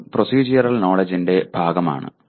അതും പ്രോസെഡ്യൂറൽ നോലെഡ്ജ്ന്റെ ഭാഗമാണ്